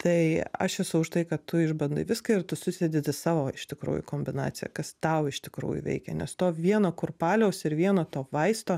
tai aš esu už tai kad tu išbandai viską ir tu susidedi savo iš tikrųjų kombinaciją kas tau iš tikrųjų veikia nes to vieno kurpaliaus ir vieno to vaisto